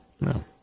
No